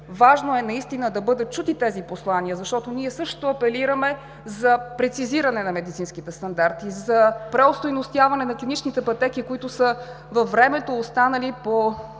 Важно е да бъдат чути тези послания, защото ние също апелираме за прецизиране на медицинските стандарти, за преостойностяване на клиничните пътеки, които са останали